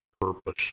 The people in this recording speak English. purpose